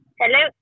hello